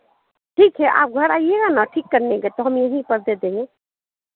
ठीक है आप घर आइएगा ना ठीक करने के तो हम यहीं पर दे देंगे